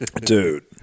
dude